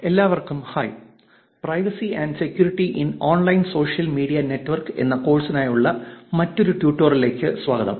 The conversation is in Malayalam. എല്ലാവർക്കും hi privacy and security in online social media networks എന്ന കോഴ്സിനായുള്ള മറ്റൊരു ട്യൂട്ടോറിയലിലേക്ക് സ്വാഗതം